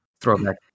throwback